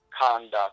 conduct